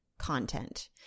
content